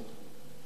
וכך הוא אמר: